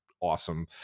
awesome